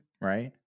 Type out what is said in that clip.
right